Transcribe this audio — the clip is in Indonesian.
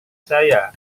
saya